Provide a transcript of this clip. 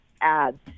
ads